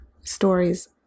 stories